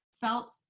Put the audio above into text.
felt